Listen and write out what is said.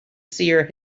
seer